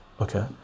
okay